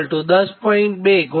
તો VR 10